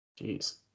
Jeez